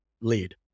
lead